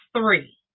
three